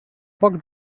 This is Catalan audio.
poc